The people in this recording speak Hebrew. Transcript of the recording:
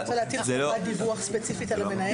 שנה וחצי המורים,